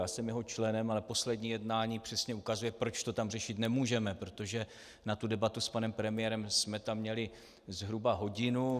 Jsem jeho členem a poslední jednání přesně ukazuje, proč to tam řešit nemůžeme: protože na debatu s panem premiérem jsme měli zhruba hodinu.